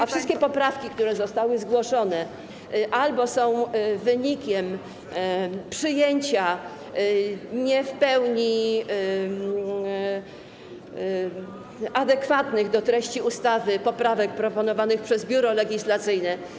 A wszystkie poprawki, które zostały zgłoszone albo są wynikiem przyjęcia nie w pełni adekwatnych do treści ustawy poprawek proponowanych przez Biuro Legislacyjne.